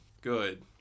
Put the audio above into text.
good